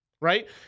right